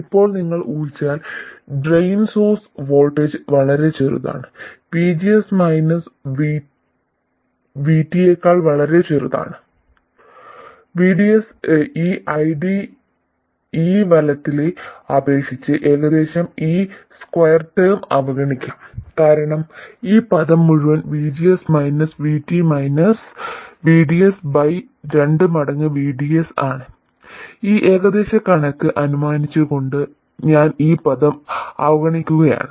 ഇപ്പോൾ നിങ്ങൾ ഊഹിച്ചാൽ ഡ്രെയിൻ സോഴ്സ് വോൾട്ടേജ് വളരെ ചെറുതാണ് VGS മൈനസ് VT യേക്കാൾ വളരെ ചെറുതാണ് VDS ഈ ID ഈ വലത്തിനെ അപേക്ഷിച്ച് ഏകദേശം ഈ സ്ക്വയർ ടേം അവഗണിക്കാം കാരണം ഈ പദം മുഴുവൻ VGS minus VT minus VDS by രണ്ട് മടങ്ങ് VDS ആണ് ഈ ഏകദേശ കണക്ക് അനുമാനിച്ചു കൊണ്ട് ഞാൻ ഈ പദം അവഗണിക്കുകയാണ്